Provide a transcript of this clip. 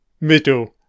Middle